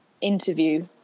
interview